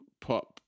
pop